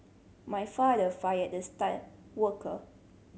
my father fired the star worker